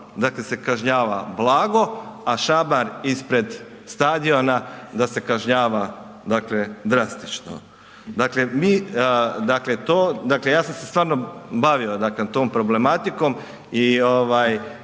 dakle se kažnjava blago, a šamar ispred stadiona da se kažnjava dakle drastično. Dakle mi, dakle to, ja sam se stvarno bavio tom problematikom i